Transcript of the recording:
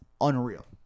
unreal